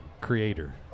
creator